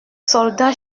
soldats